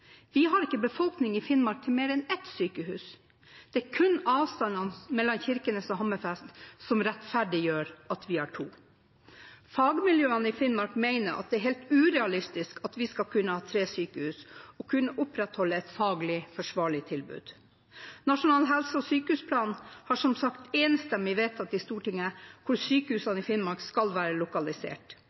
Vi har ikke befolkning i Finnmark til mer enn ett sykehus. Det er kun avstanden mellom Kirkenes og Hammerfest som rettferdiggjør at vi har to. Fagmiljøene i Finnmark mener at det er helt urealistisk at vi skal kunne ha tre sykehus og kunne opprettholde et faglig forsvarlig tilbud. Det er ved behandlingen av Nasjonal helse- og sykehusplan som sagt enstemmig vedtatt i Stortinget hvor sykehusene i Finnmark skal være lokalisert.